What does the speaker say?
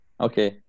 Okay